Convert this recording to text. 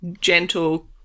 gentle